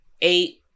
eight